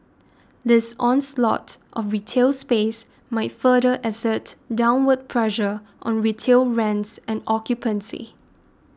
this onslaught of retail space might further exert downward pressure on retail rents and occupancy